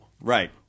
Right